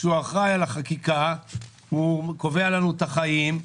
שהוא אחראי על החקיקה והוא קובע לנו את החיים,